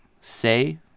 say